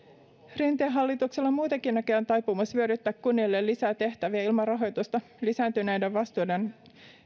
rinteen hallituksella on muutenkin näköjään taipumus vyöryttää kunnille lisää tehtäviä ilman rahoitusta lisääntyneiden vastuiden